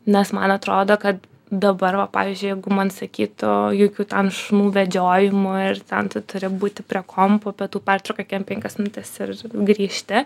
nes man atrodo kad dabar va pavyzdžiui jeigu man sakytų jokių ten šunų vedžiojimų ir ten tu turi būti prie kompo pietų pertrauka kem penkios minutės ir grįžti